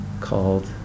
called